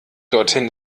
dorthin